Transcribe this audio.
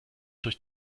durch